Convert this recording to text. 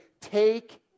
take